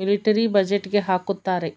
military ಬಜೆಟ್ಗೆ ಹಾಕುತ್ತಾರೆ